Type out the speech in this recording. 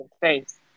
face